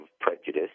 prejudice